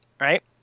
Right